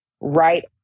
right